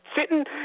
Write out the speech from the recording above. Sitting